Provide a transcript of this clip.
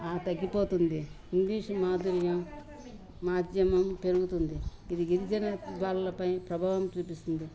ఆ తగ్గిపోతుంది ఇంగ్లీష్ మాధుర్యం మాధ్యమం పెరుగుతుంది ఇది గిరిజన వాళ్లలపై ప్రభావం చూపిస్తుంది